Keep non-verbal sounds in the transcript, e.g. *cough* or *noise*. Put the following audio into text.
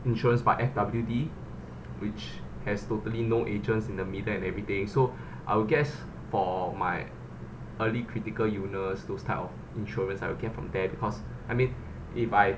insurance by F_W_D which has totally no agents in the middle and everyday *breath* so I would get for my early critical illness those type of insurance I will get from there because *breath* I mean if I